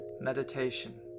Meditation